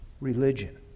religion